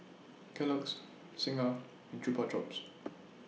Kellogg's Singha and Chupa Chups